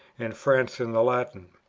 and france in the latin.